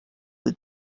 with